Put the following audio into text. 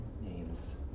names